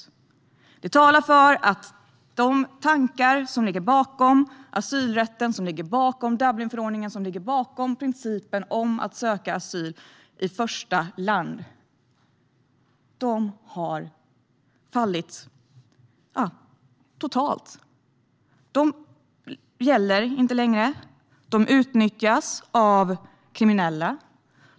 Detta faktum talar för att de tankar som ligger bakom asylrätten, Dublinförordningen och principen om att söka asyl i första land har fallit bort totalt. Dessa tankar gäller inte längre. De utnyttjas av kriminella.